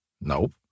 Nope